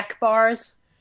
bars